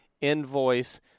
invoice